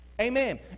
amen